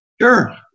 Sure